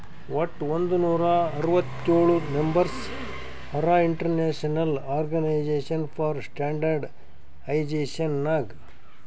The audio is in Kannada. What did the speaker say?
ವಟ್ ಒಂದ್ ನೂರಾ ಅರ್ವತ್ತೋಳ್ ಮೆಂಬರ್ಸ್ ಹರಾ International Organization for Standardization Nag